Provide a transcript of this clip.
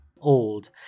old